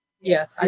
yes